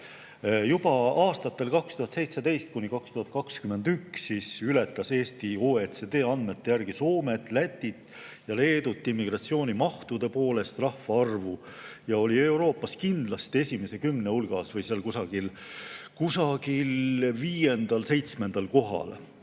Juba aastatel 2017–2021 ületas Eesti OECD andmete järgi Soomet, Lätit ja Leedut immigratsioonimahtude poolest [võrreldes] rahvaarvuga ja oli Euroopas kindlasti esimese kümne hulgas, seal kusagil viiendal või seitsmendal kohal